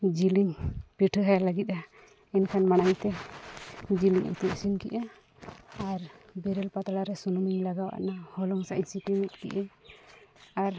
ᱡᱤᱞᱤᱧ ᱯᱤᱴᱷᱟᱹᱣᱟᱭ ᱞᱟᱹᱜᱤᱫᱼᱟ ᱮᱱᱠᱷᱟᱱ ᱢᱟᱲᱟᱝᱛᱮ ᱡᱤᱞᱤᱧ ᱩᱛᱩᱼᱤᱥᱤᱱ ᱠᱮᱫᱟ ᱟᱨ ᱵᱮᱨᱮᱞ ᱯᱟᱛᱲᱟᱨᱮ ᱥᱩᱱᱩᱢᱤᱧ ᱞᱟᱜᱟᱣᱟᱫᱟ ᱦᱚᱞᱚᱝ ᱥᱟᱣᱤᱧ ᱥᱤᱯᱤ ᱢᱤᱫ ᱠᱮᱫᱟᱹᱧ ᱟᱨ